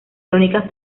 crónicas